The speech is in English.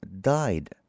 died